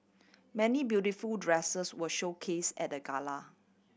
many beautiful dresses were showcase at the gala